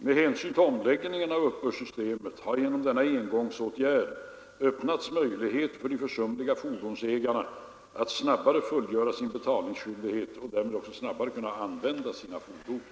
Med hänsyn till omläggningen av uppbördssystemet har genom denna engångsåtgärd öppnats möjlighet för de försumliga fordonsägarna att snabbare fullgöra sin betalningsskyldighet och därmed också snabbare kunna använda sina fordon.